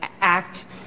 Act